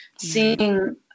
Seeing